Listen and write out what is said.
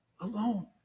alone